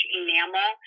enamel